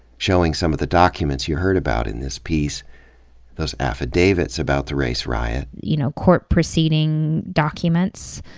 showing some of the documents you heard about in this piece those affidavits about the race riot, you know, court proceeding documents,